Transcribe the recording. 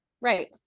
Right